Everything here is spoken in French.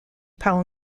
par